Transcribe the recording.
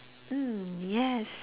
mm yes